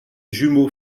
jumeaux